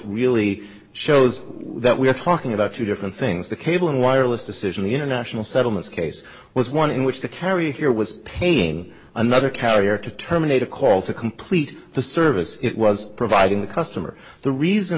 really shows that we are talking about two different things the cable and wireless decision in international settlements case was one in which to carry here was paying another carrier to terminate a call to complete the service it was providing the customer the reason